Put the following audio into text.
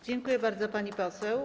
Dziękuję bardzo, pani poseł.